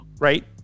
Right